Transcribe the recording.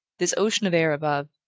this ocean of air above,